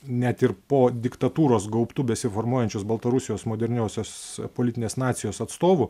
net ir po diktatūros gaubtu besiformuojančios baltarusijos moderniosios politinės nacijos atstovų